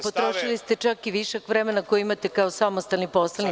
Potrošili ste čak i višak vremena koje imate kao samostalni poslanik.